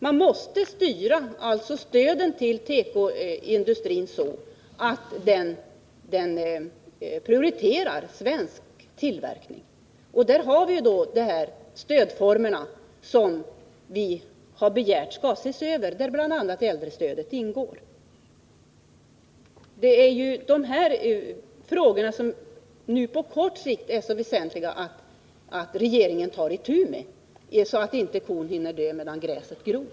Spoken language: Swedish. Vi måste styra stödet till tekoindustrin så att svensk tillverkning prioriteras. Vi har olika stödformer som vi har begärt skall ses över, där bl.a. äldrestödet ingår. Det är de här frågorna som det nu på kort sikt är så väsentligt att regeringen tar itu med så att inte kon hinner dö medan gräset gror.